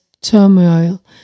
turmoil